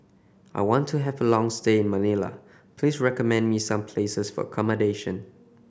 I want to have a long stay in Manila please recommend me some places for accommodation